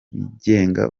bigenga